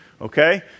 Okay